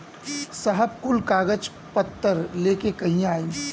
साहब कुल कागज पतर लेके कहिया आई?